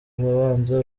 urubanza